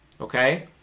Okay